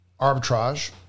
arbitrage